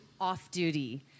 off-duty